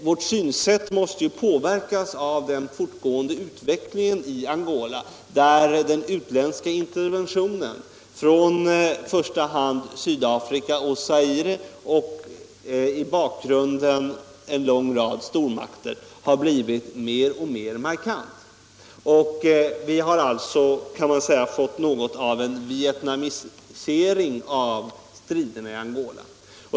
Vårt synsätt — Angola måste ju påverkas av den fortgående utvecklingen i Angola, där den utländska interventionen från i första hand Sydafrika och Zaire och i bakgrunden en lång rad stormakter blivit mer och mer markant. Man har fått något av en vietnamisering av striderna i Angola.